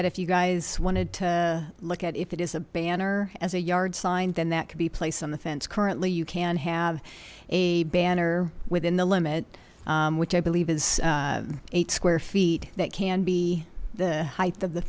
that if you guys wanted to look at if it is a banner as a yard sign then that could be placed on the fence currently you can have a banner within the limit which i believe is eight square feet that can be the height of the